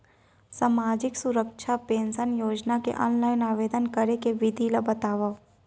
सामाजिक सुरक्षा पेंशन योजना के ऑनलाइन आवेदन करे के विधि ला बतावव